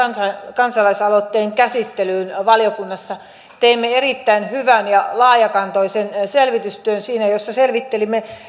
kansalaisaloitteen käsittelyyn valiokunnassa teimme erittäin hyvän ja laajakantoisen selvitystyön jossa selvittelimme